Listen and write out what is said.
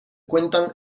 cuentan